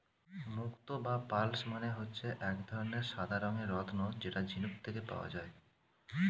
মুক্তো বা পার্লস মানে হচ্ছে এক ধরনের সাদা রঙের রত্ন যেটা ঝিনুক থেকে পাওয়া যায়